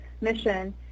mission